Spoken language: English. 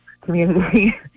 community